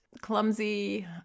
clumsy